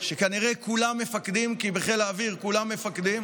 שכנראה כולם מפקדים, כי בחיל האוויר כולם מפקדים,